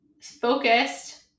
focused